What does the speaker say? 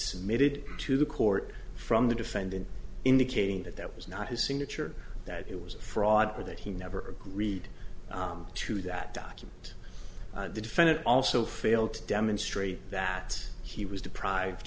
submitted to the court from the defendant indicating that that was not his signature that it was a fraud or that he never agreed to that document the defendant also failed to demonstrate that he was deprived